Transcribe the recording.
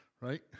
right